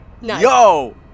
Yo